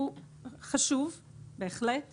שהוא בהחלט חשוב.